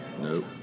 Nope